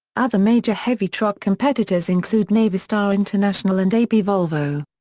other major heavy-truck competitors include navistar international and ab volvo.